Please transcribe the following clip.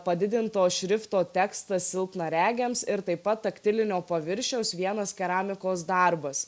padidinto šrifto tekstas silpnaregiams ir taip pat taktilinio paviršiaus vienas keramikos darbus